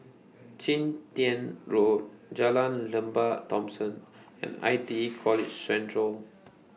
Chun Tin Road Jalan Lembah Thomson and I T E College Central